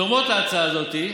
דומות להצעה זו.